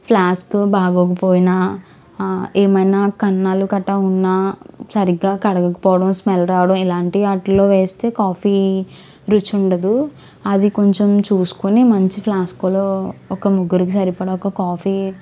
flask బాగోకపోయినా ఏమైనా కన్నాలు గట్రా ఉన్నా సరిగ్గా కడగకపోవడం స్మెల్ రావడం ఇలాంటి వాటిల్లో వేస్తే కాఫీ రుచి ఉండదు అది కొంచెం చూసుకొని మంచి ఫ్లాస్క్లో ఒక ముగ్గురికి సరిపడా ఒక కాఫీ